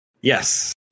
Yes